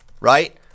right